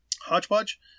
Hodgepodge